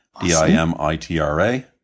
D-I-M-I-T-R-A